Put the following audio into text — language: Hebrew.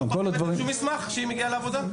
לא צריך מסמך כשהיא מגיעה לעבודה?